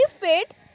fit